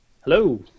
Hello